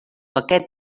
aquest